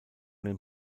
den